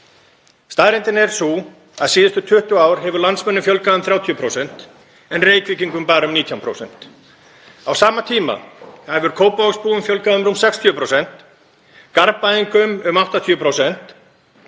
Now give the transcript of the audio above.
Staðreyndin er sú að síðustu 20 ár hefur landsmönnum fjölgað um 30%, en Reykvíkingum bara um 19%. Á sama tíma hefur Kópavogsbúum fjölgað um rúm 60%, Garðbæingum um 80%